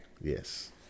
yes